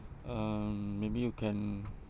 um maybe you can